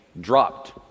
dropped